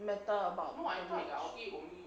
matter about